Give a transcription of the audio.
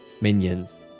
minions